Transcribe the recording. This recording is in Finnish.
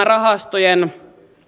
rahastojen